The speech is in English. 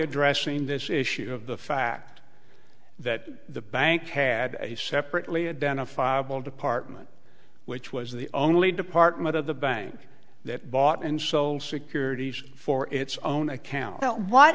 addressing this issue of the fact that the bank had a separately identifiable department which was the only department of the bank that bought and sold securities for it's own account what